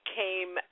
came